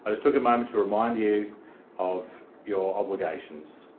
just took a moment to remind you of your obligations.